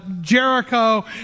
Jericho